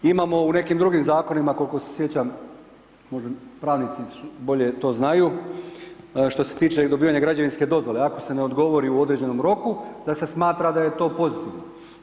Imamo u nekim drugim zakonima koliko se sjećam možda pravnici bolje to znaju, što se tiče dobivanja građevinske dozvole, ako se ne odgovori u određenom roku da se smatra da je to pozitivno.